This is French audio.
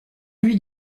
lui